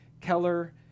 Keller